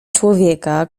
człowieka